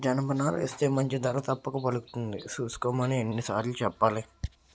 జనపనారేస్తే మంచి ధర తప్పక పలుకుతుంది సూసుకోమని ఎన్ని సార్లు సెప్పాలి?